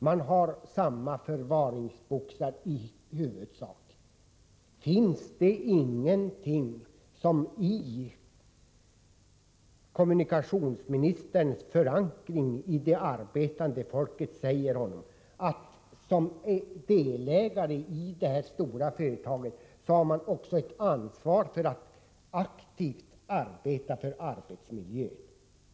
Man har i huvudsak samma förvaringsboxar som tidigare. Finns det då ingenting att hämta, med tanke på kommunikationsministerns förankring hos det arbetande folket, i det som människorna säger till honom? För som delägare i ett stort företag som SAS har man också ett ansvar när det gäller att aktivt arbeta för arbetsmiljön.